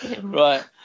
Right